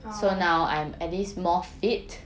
oh